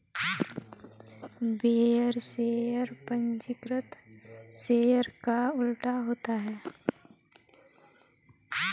bearer share पंजीकृत share का उल्टा होता है